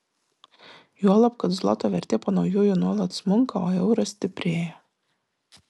juolab kad zloto vertė po naujųjų nuolat smunka o euras stiprėja